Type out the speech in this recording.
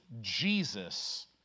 jesus